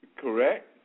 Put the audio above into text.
Correct